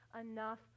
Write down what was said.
enough